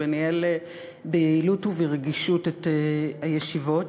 וניהל ביעילות וברגישות את הישיבות.